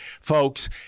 folks